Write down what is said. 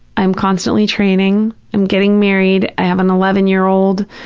i'm constantly training. i'm getting married. i have an eleven year old.